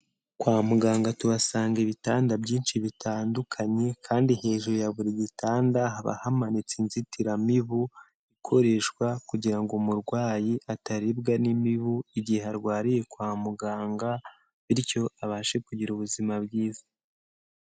Kwa muganga tuhasanga ibitanda byinshi bitandukanye kandi hejuru ya buri gitanda haba hamanitse inzitiramibu ikoreshwa kugira ngo umurwayi ataribwa n'imibu igihe arwariye kwa muganga, bityo abashe kugira ubuzima bwiza.